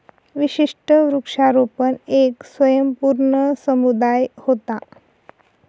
विशिष्ट वृक्षारोपण येक स्वयंपूर्ण समुदाय व्हता